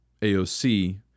AOC